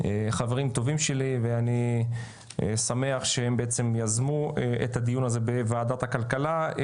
חברים טובים שלי ואני שמח שהם בעצם יזמו את הדיון הזה בוועדת הכלכלה.